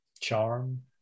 Charm